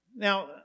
Now